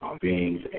beings